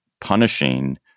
punishing